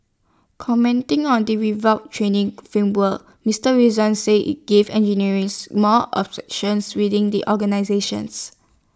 commenting on the revamped training framework Mister Rizwan said IT gives engineers more within the organisations